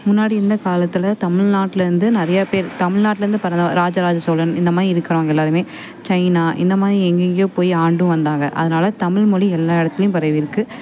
முன்னாடி இருந்த காலத்தில் தமிழ்நாட்லேருந்து நிறையா பேர் தமிழ்நாட்லேருந்து பொற ராஜராஜ சோழன் இந்த மாதிரி இருக்கிறாங்க எல்லாேருமே சைனா இந்த மாதிரி எங்கெங்கேயோ போய் ஆண்டும் வந்தாங்க அதனால தமிழ் மொழி எல்லா இடத்துலையும் பரவியிருக்கு